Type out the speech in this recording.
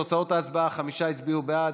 תוצאות ההצבעה: חמישה הצביעו בעד,